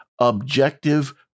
objective